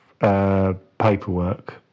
Paperwork